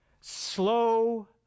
slow